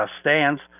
stands